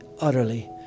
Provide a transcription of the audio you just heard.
utterly